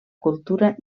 cultura